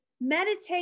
meditate